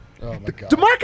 DeMarcus